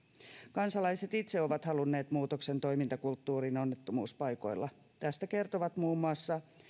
kansalaiset itse ovat halunneet muutoksen toimintakulttuuriin onnettomuuspaikoilla tästä kertovat muun muassa